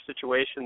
situations